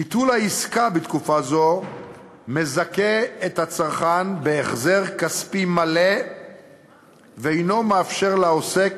ביטול העסקה בתקופה זו מזכה את הצרכן בהחזר כספי מלא ואינו מאפשר לעוסק